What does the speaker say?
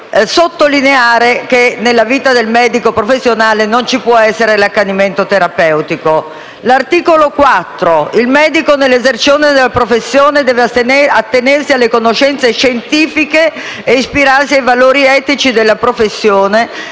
fatto che nella vita del medico professionale non ci può essere l'accanimento terapeutico. L'articolo 4 recita che il medico, nell'esercizio della professione, deve attenersi alle conoscenze scientifiche e ispirarsi ai valori etici della professione,